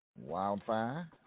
Wildfire